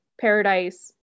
paradise